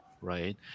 right